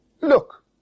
Look